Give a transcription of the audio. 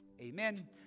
Amen